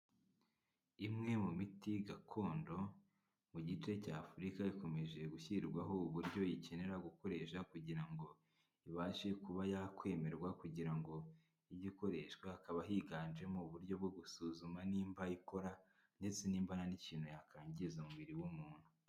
Imwe mu miti gakondo mu gice cy'Afurika ikomeje gushyirwaho uburyo ikenera gukoresha kugira ngo ibashe kuba yakwemerwa kugira ngo igikoreshwa kaba higanjemo uburyo bwo gusuzuma nimba ikora ndetse n'imba harikintu yakangiza mu mubiri w'umuntu.